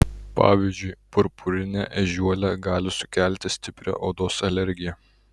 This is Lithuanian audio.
pavyzdžiui purpurinė ežiuolė gali sukelti stiprią odos alergiją